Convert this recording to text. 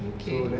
okay